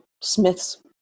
smith's